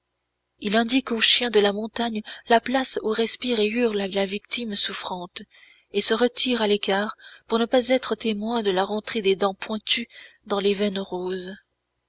il indique au chien de la montagne la place où respire et hurle la victime souffrante et se retire à l'écart pour ne pas être témoin de la rentrée des dents pointues dans les veines roses